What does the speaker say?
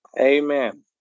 Amen